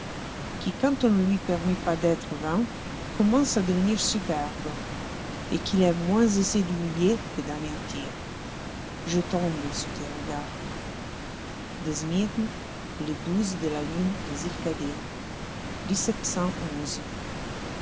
qui quand on ne lui permet pas d'être vain commence à devenir superbe et qu'il est moins aisé d'humilier que d'anéantir je tombe sous tes regards de smyrne le de la lune de